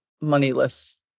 moneyless